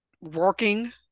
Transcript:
working